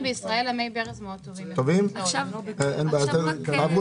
עכשיו תדבר.